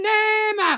name